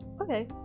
Okay